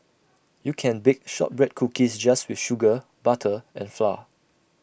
you can bake Shortbread Cookies just with sugar butter and flour